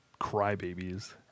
crybabies